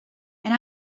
and